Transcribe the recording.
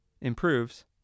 improves